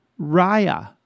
Raya